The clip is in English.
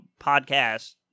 podcast